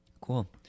cool